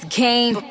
game